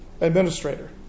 administrator